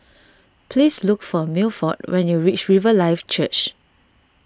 please look for Milford when you reach Riverlife Church